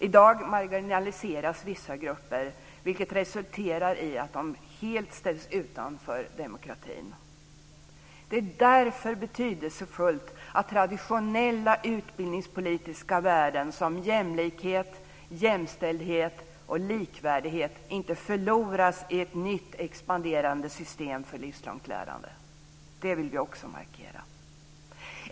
I dag marginaliseras vissa grupper, vilket resulterar i att de helt ställs utanför demokratin. Det är därför betydelsefullt att traditionella utbildningspolitiska värden såsom jämlikhet, jämställdhet och likvärdighet inte förloras i ett nytt expanderande system för livslångt lärande. Det vill vi också markera.